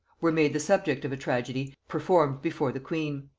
were made the subject of a tragedy performed before the queen.